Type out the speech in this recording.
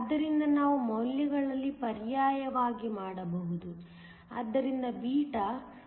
ಆದ್ದರಿಂದ ನಾವು ಮೌಲ್ಯಗಳಲ್ಲಿ ಪರ್ಯಾಯವಾಗಿ ಮಾಡಬಹುದು ಆದ್ದರಿಂದ β 206